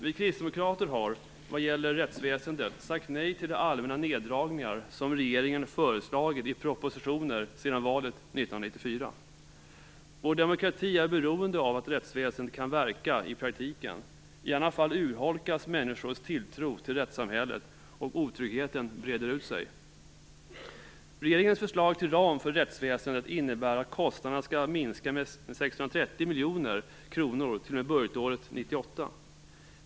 Vi kristdemokrater har vad gäller rättsväsendet sagt nej till de allmänna neddragningar som regeringen har föreslagit i propositioner sedan valet 1994. Vår demokrati är beroende av att rättsväsendet kan verka i praktiken. I annat fall urholkas människors tilltro till rättssamhället och otryggheten breder ut sig. Regeringens förslag till ram för rättsväsendet innebär att kostnaderna skall minska med 630 miljoner kronor t.o.m. budgetåret 1998.